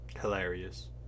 hilarious